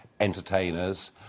entertainers